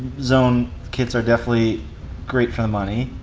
zone kits are definitely great for the money.